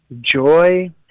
joy